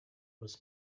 was